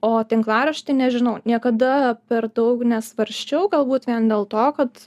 o tinklaraštį nežinau niekada per daug nesvarsčiau galbūt vien dėl to kad